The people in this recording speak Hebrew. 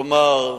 כלומר,